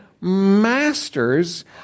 masters